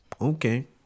okay